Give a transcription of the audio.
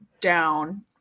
down